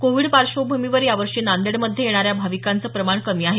Covid पार्श्वभूमीवर यावर्षी नांदेडमध्ये येणाऱ्या भाविकांचं प्रमाण कमी आहे